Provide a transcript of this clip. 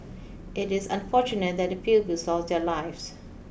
it is unfortunate that pupils lost their lives